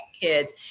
kids